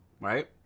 right